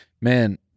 Man